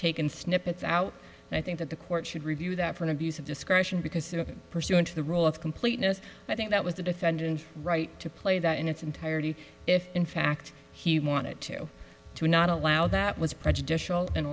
taken snippets out and i think that the court should review that for an abuse of discretion because pursuant to the rule of completeness i think that was the defendant's right to play that in its entirety if in fact he wanted to to not allow that was prejudicial and